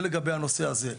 זה לגבי הנושא הזה.